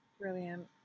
Brilliant